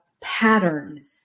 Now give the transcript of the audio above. pattern